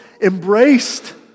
embraced